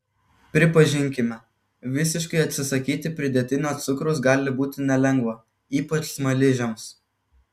pripažinkime visiškai atsisakyti pridėtinio cukraus gali būti nelengva ypač smaližiams